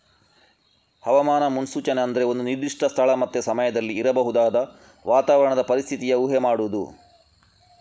ಹವಾಮಾನ ಮುನ್ಸೂಚನೆ ಅಂದ್ರೆ ಒಂದು ನಿರ್ದಿಷ್ಟ ಸ್ಥಳ ಮತ್ತೆ ಸಮಯದಲ್ಲಿ ಇರಬಹುದಾದ ವಾತಾವರಣದ ಪರಿಸ್ಥಿತಿಯ ಊಹೆ ಮಾಡುದು